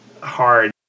hard